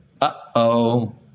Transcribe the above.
Uh-oh